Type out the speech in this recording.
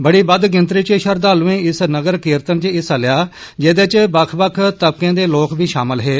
बड़ी बद्द गिनतरी च शरद्दालुये इस नगर कीर्तन च हिस्सा लेआ जेहदे च बक्ख बक्ख तबकें दे लोक बी शामल हे